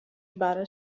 barre